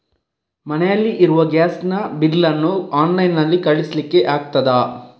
ಮನೆಯಲ್ಲಿ ಇರುವ ಗ್ಯಾಸ್ ನ ಬಿಲ್ ನ್ನು ಆನ್ಲೈನ್ ನಲ್ಲಿ ಕಳಿಸ್ಲಿಕ್ಕೆ ಆಗ್ತದಾ?